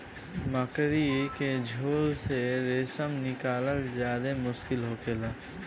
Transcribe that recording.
मकड़ी के झोल से रेशम निकालल ज्यादे मुश्किल होखेला